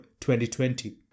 2020